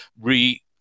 re